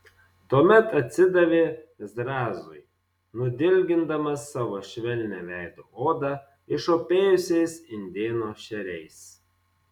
tuomet atsidavė zrazui nudilgindamas savo švelnią veido odą išopėjusiais indėno šeriais